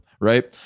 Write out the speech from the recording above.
right